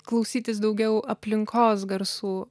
klausytis daugiau aplinkos garsų